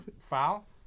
foul